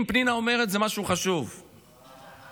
אם פנינה אומרת, זה משהו חשוב, נכון?